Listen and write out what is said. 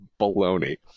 baloney